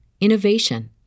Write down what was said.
innovation